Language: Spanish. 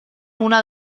una